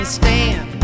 stand